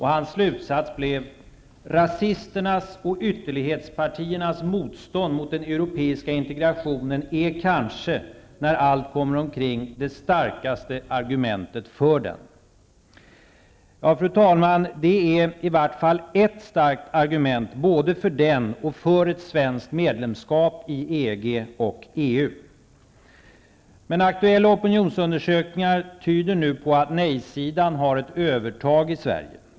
Hans slutsats blev: ''Rasisternas och ytterlighetspartiernas motstånd mot den europeiska integrationen är kanske, när allt kommer omkring, det starkaste argumentet för den.'' Fru talman! Det är i varje fall ett starkt argument, både för den och för ett svenskt medlemskap i EG Men aktuella opinionsundersökningar tyder nu på att nej-sidan har ett övertag i Sverige.